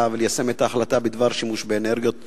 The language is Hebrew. וליישם את ההחלטה בדבר שימוש באנרגיות מתחדשות,